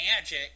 magic